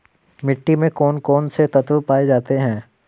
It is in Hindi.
मिट्टी में कौन कौन से तत्व पाए जाते हैं?